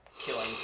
killing